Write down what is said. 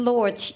Lord